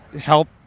help